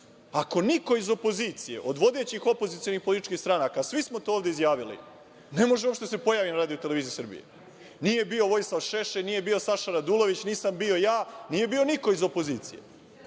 Ako niko iz opozicije, od vodećih opozicionih političkih stranaka, svi smo to ovde izjavili, ne može uopšte da se pojavi na RTS-u, nije bio Vojislav Šešelj, nije bio Saša Radulović, nisam bio ja, nije bio niko iz opozicije.